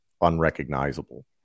unrecognizable